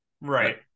right